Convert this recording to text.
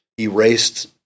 erased